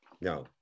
no